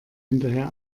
hinterher